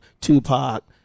Tupac